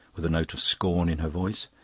with a note of scorn in her voice.